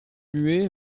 muet